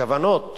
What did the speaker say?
הכוונות